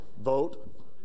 Vote